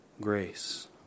grace